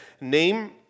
Name